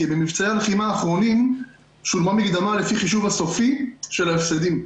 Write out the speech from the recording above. כי במבצעי המלחמה האחרונים שולמה מקדמה לפי החישוב הסופי של ההפסדים.